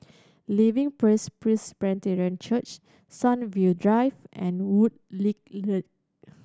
Living Praise Presbyterian Church Sunview Drive and Woodleigh Link